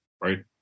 right